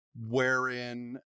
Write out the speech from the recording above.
wherein